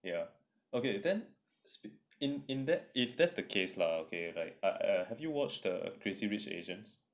ya okay then in in that if that's the case lah okay right err have you watched the crazy rich asians